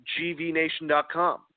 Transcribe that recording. gvnation.com